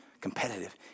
competitive